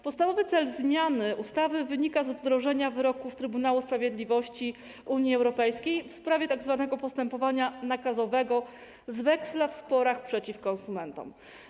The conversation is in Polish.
Podstawowy cel zmiany ustawy wynika z wdrożenia wyroków Trybunału Sprawiedliwości Unii Europejskiej w sprawie tzw. postępowania nakazowego z weksla w sporach przeciw konsumentom.